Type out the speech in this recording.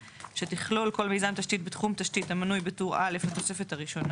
שתכלול כל מיזם תשתית בתחום תשתית המנוי בטור א' לתוספת הראשונה,